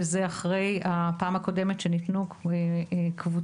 שזה אחרי הפעם הקודמת שניתנה קבוצה